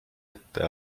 ette